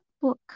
book